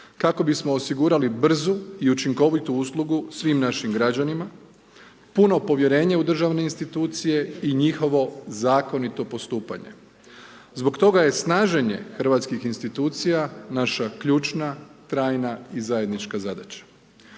kako bismo osigurali brzu i učinkovitu uslugu svim našim građanima, puno povjerenje u državne institucije i njihovo zakonito postupanje. Zbog toga je snaženje hrvatskih institucija naša ključna, trajna i zajednička zadaća.